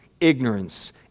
ignorance